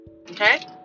Okay